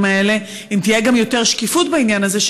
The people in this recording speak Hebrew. האלה אם תהיה יותר שקיפות בעניין הזה,